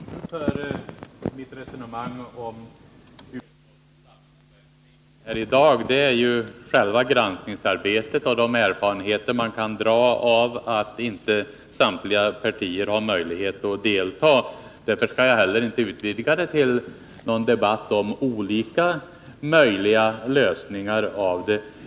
Herr talman! Utgångspunkten för mitt resonemang i dag om utskottens sammansättning är själva granskningsarbetet och de erfarenheter man drar av att inte samtliga partier har möjlighet att deltaga. Därför skall jag inte heller utvidga det till någon debatt om olika möjliga lösningar.